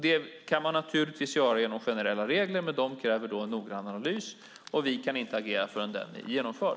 Det kan man naturligtvis göra genom generella regler, men de kräver då en noggrann analys, och vi kan inte agera förrän den är genomförd.